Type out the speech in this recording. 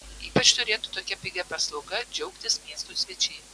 ypač turėtų tokia pigia paslauga džiaugtis miesto svečiai